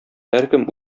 һәркем